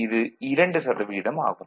இது 2 சதவீதம் ஆகும்